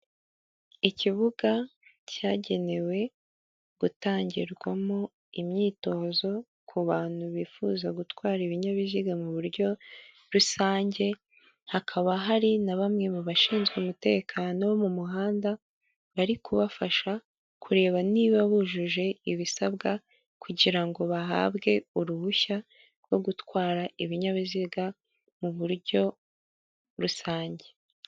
Ikibuga cyagenewe gutangirwamo imyitozo ku bantu bifuza gutwara ibinyabiziga mu buryo rusange, hakaba hari na bamwe mu bashinzwe umutekano bo mu muhanda bari kubafasha kureba niba bujuje ibisabwa kugira ngo bahabwe uruhushya rwo gutwara ibinyabiziga mu buryo rusange.